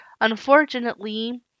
Unfortunately